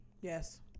Yes